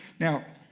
now,